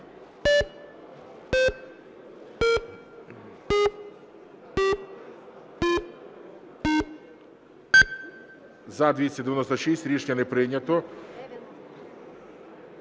За – 296. Рішення не прийнято.